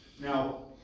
Now